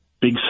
big